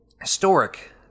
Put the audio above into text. historic